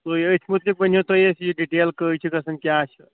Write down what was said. تہٕ أتھۍ مُتعلِق ؤنِو تُہۍ اَسہِ یہِ ڈِٹیل کہِ کٔہۍ چھُ گژھان کیٛاہ چھُ